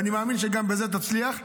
אני מאמין שגם בזה תצליח.